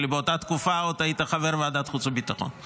לי שבאותה תקופה עוד היית חבר ועדת חוץ וביטחון.